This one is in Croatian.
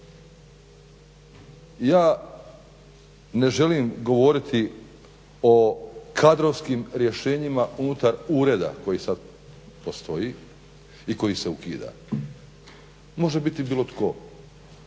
Ja ne želim govoriti o kadrovskim rješenjima unutar ureda koji sada postoji i koji se ukida. Može biti bilo tko